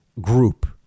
group